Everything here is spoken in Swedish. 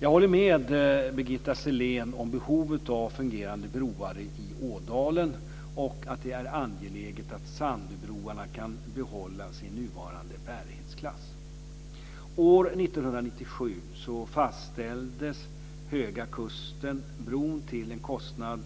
Jag håller med Birgitta Sellén om behovet av fungerande broar i Ådalen och att det är angeläget att Sandöbroarna kan behålla sin nuvarande bärighetsklass. År 1997 färdigställdes Höga kusten-bron till en kostnad